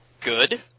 Good